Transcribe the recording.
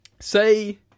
say